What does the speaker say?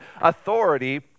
authority